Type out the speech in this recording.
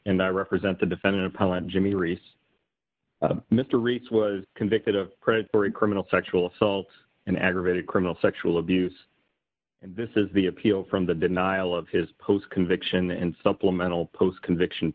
i represent the defendant appellant jimmy reese mr reese was convicted of predatory criminal sexual assault and aggravated criminal sexual abuse and this is the appeal from the denial of his post conviction and supplemental post conviction